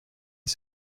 est